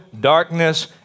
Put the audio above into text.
darkness